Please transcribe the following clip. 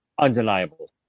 Undeniable